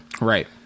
Right